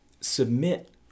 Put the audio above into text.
submit